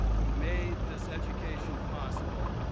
who made this education possible.